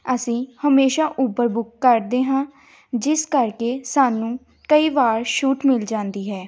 ਅਸੀਂ ਹਮੇਸ਼ਾ Uber book ਕਰਦੇ ਹਾਂ ਜਿਸ ਕਰਕੇ ਸਾਨੂੰ ਕਈ ਵਾਰ ਛੂਟ ਮਿਲ ਜਾਂਦੀ ਹੈ